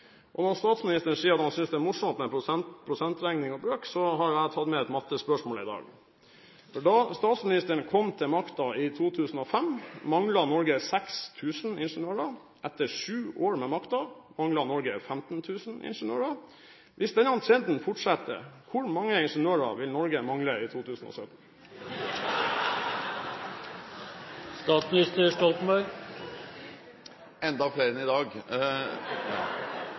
Når statsministeren sier at han synes det er morsomt med prosentregning og brøk, så har jeg tatt med et mattespørsmål i dag: Da statsministeren kom til makten i 2005, manglet Norge 6 000 ingeniører. Etter sju år med makten mangler Norge 15 000 ingeniører. Hvis denne trenden fortsetter, hvor mange ingeniører vil Norge mangle i 2017? Enda flere enn i dag.